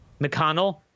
McConnell